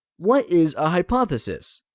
what is a hypothesis?